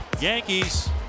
Yankees